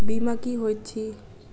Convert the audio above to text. बीमा की होइत छी?